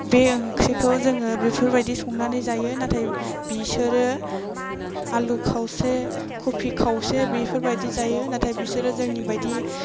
बे ओंख्रिखौ जोङो बेफोरबायदि संनानै जायो नाथाय बिसोरो आलु खावसे कफि खावसे बेफोरबायदि जायो नाथाय बिसोरो जोंनि बायदि